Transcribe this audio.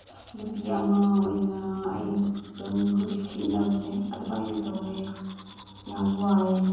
ꯏꯁ ꯅꯨꯄꯤ ꯑꯃ ꯑꯣꯏꯅ ꯑꯩꯅ ꯑꯗꯨꯝ ꯍꯧꯖꯤꯛ ꯊꯦꯡꯅꯕꯁꯦ ꯑꯗꯨꯃꯥꯏꯅ ꯇꯧꯑꯦ ꯌꯥꯝ ꯋꯥꯏꯑꯦ